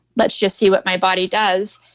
let's just see what my body does.